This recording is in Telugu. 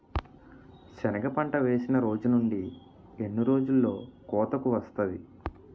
సెనగ పంట వేసిన రోజు నుండి ఎన్ని రోజుల్లో కోతకు వస్తాది?